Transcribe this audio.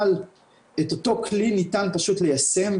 אבל את אותו כלי ניתן פשוט ליישם,